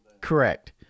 Correct